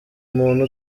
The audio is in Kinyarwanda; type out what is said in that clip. umuntu